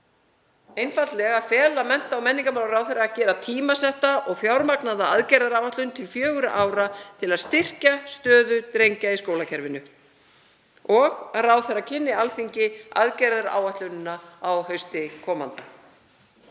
einfaldlega sú að fela mennta- og menningarmálaráðherra að gera tímasetta og fjármagnaða aðgerðaáætlun til fjögurra ára til að styrkja stöðu drengja í skólakerfinu og ráðherra kynni Alþingi aðgerðaáætlunina á hausti komanda.